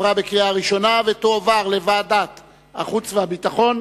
לוועדת העבודה,